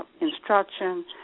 instruction